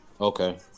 Okay